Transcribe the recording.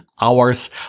hours